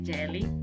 Jelly